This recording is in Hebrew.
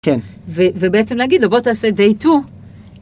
כן. ובעצם להגיד לו בוא תעשה Day 2.